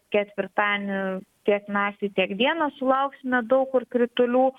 ketvirtadienį tiek naktį tiek dieną sulauksime daug kur kritulių